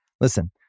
Listen